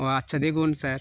ও আচ্ছা দেখুন স্যার